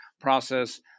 process